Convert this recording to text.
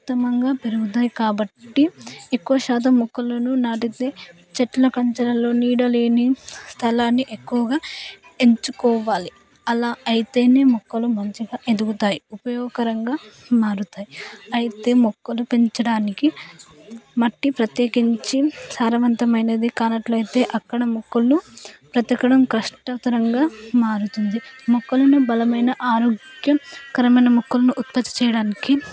ఉత్తమంగా పెరుగుతాయి కాబట్టి ఎక్కువ శాతం మొక్కలను నాటితే చెట్ల కంచలలో నీడలేని స్థలాన్ని ఎక్కువగా ఎంచుకోవాలి అలా అయితేనే మొక్కలు మంచిగా ఎదుగుతాయి ఉపయోగకరంగా మారుతాయి అయితే మొక్కలు పెంచడానికి మట్టి ప్రత్యేకించి సారవంతమైనదే కానట్లయితే అక్కడ ముక్కును బతకడం కష్టతరంగా మారుతుంది మొక్కలను బలమైన ఆరోగ్యకరమైన మొక్కలను ఉత్పత్తి చేయడానికి